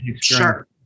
sure